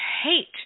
hate